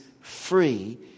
free